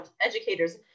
educators